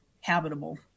habitable